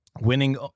Winning